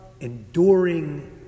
enduring